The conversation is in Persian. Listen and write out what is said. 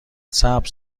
سبز